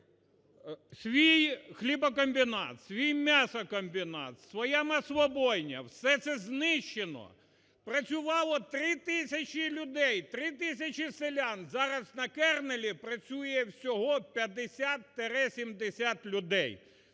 свій хлібокомбінат, свій м'ясокомбінат, своя маслобойня все це знищено, працювало три тисячі людей – три тисячі селян, зараз на "Кернелі" працює всього 50-70 людей